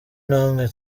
namwe